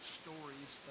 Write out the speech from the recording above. stories